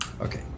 Okay